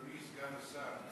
אדוני סגן השר,